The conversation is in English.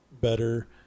better